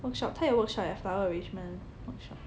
workshop 它有 workshop eh flower arrangement workshop